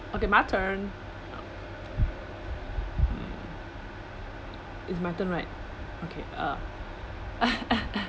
okay my turn mm it's my turn right okay uh